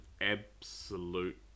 absolute